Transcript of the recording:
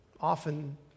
often